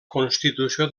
constitució